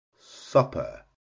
supper